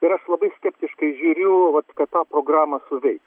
ir aš labai skeptiškai žiūriu vat kad ta programa suveiks